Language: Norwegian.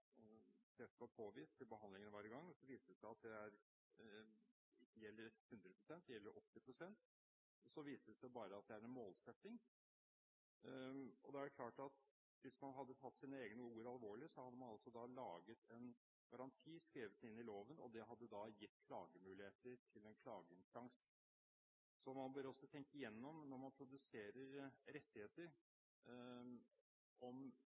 viste seg at det ikke gjelder 100 pst., det gjelder 80 pst., og så viste det seg at det bare er en målsetting. Da er det klart at hvis man hadde tatt sine egne ord alvorlig, hadde man laget en garanti, skrevet den inn i loven, og det hadde gitt klagemuligheter til en klageinstans. Når man produserer rettigheter, bør man også tenke